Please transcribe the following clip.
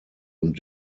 und